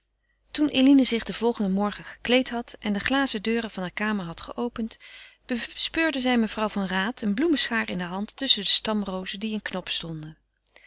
toen eline zich den volgenden morgen gekleed had en de glazen deuren van hare kamer had geopend bespeurde zij mevrouw van raat een bloemenschaar in de hand tusschen de stamrozen die in knop stonden